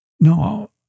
No